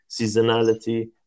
seasonality